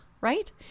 right